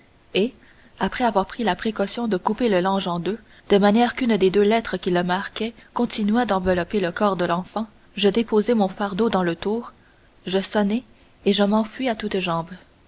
et après avoir pris la précaution de couper le lange en deux de manière qu'une des deux lettres qui le marquaient continuât d'envelopper le corps de l'enfant je déposai mon fardeau dans le tour je sonnai et je m'enfuis à toutes jambes